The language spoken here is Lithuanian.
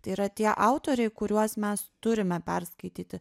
tai yra tie autoriai kuriuos mes turime perskaityti